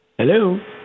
Hello